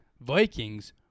Vikings